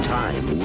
time